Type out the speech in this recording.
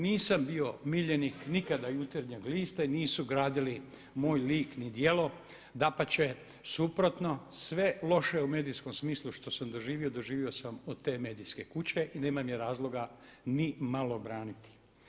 Nisam bio miljenik nikada Jutarnjeg lista i nisu gradili moj lik i djelo, dapače suprotno, sve loše u medijskom smislu što sam doživio to sam doživio od te medijske kuće i nemam je razloga nimalo braniti.